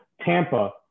Tampa